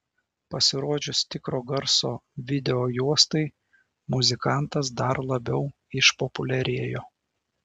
pasirodžius tikro garso videojuostai muzikantas dar labiau išpopuliarėjo